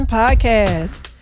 podcast